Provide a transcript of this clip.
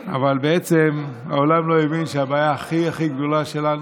אבל בעצם העולם לא הבין שהבעיה הכי הכי גדולה שלנו,